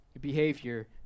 behavior